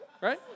right